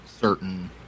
certain